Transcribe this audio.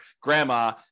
grandma